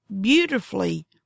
beautifully